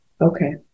Okay